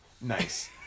Nice